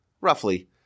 roughly